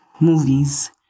movies